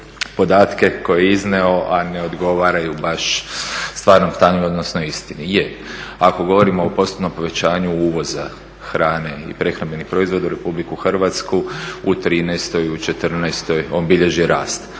podatke koje je izneo a ne odgovaraju baš stvarnom stanju, odnosno istini. Je, ako govorimo o postupnom povećanju uvoza hrane i prehrambenih proizvoda u Republiku Hrvatsku u trinaestoj i u